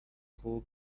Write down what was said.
hold